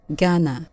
Ghana